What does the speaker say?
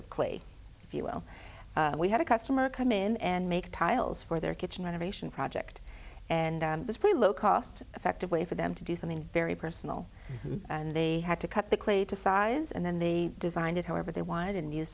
clay if you will we had a customer come in and make tiles for their kitchen renovation project and was pretty low cost effective way for them to do something very personal and they had to cut the clay to size and then they designed it however they wanted and use